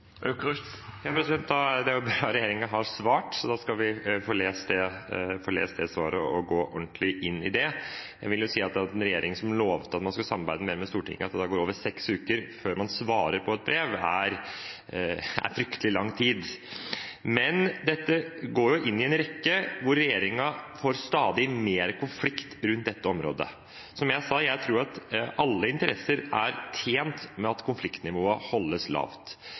Det er jo bra at regjeringen har svart, så da skal vi få lest det svaret og gå ordentlig inn i det. Jeg vil si om en regjering som lovet at man skulle samarbeide mer med Stortinget, at om det da går over seks uker før man svarer på et brev, er det fryktelig lang tid. Men dette går inn i en rekke – hvor regjeringen får stadig mer konflikt rundt dette området. Som jeg sa, tror jeg at alle interesser er tjent med at konfliktnivået holdes lavt.